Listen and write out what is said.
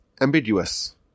ambiguous